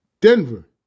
Denver